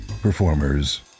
performers